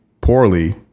poorly